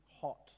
hot